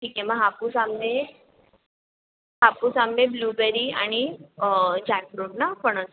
ठीक आहे मग हापूस आंबे हापूस आंबे ब्लूबेरी आणि जॅकफ्रूट ना फणस